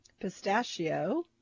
Pistachio